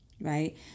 right